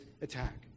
attack